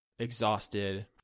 exhausted